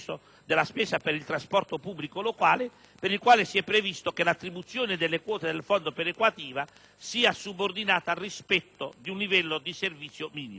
della spesa per il trasporto pubblico locale, per il quale si è previsto che l'attribuzione delle quote del fondo perequativo sia subordinata al rispetto di un livello di «servizio minimo».